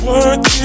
Work